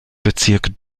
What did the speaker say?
bezirk